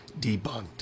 debunked